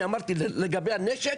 לגבי הנשק